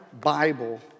Bible